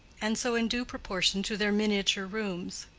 and so in due proportion to their miniature rooms.